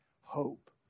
hope